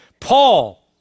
Paul